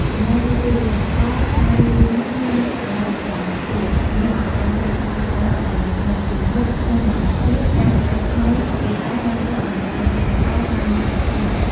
ចំណែកទី២ ផលិតផលតែលាយនេះមានតម្លៃបន្ថែមខ្ពស់ ជំនួសឲ្យការលក់វត្ថុធាតុដើមតែមួយមុខៗក្នុងតម្លៃទាប ការកែច្នៃជាតែបានធ្វើឲ្យតម្លៃផលិតផលកើនឡើងច្រើន។